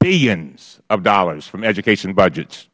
billions of dollars from education budgets